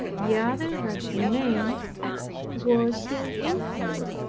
the other that remained was infirm,